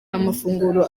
amafunguro